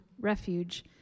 refuge